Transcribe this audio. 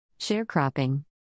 Sharecropping